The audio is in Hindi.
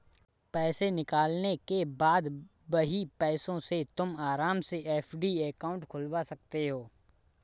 पैसे निकालने के बाद वही पैसों से तुम आराम से एफ.डी अकाउंट खुलवा सकते हो